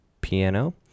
piano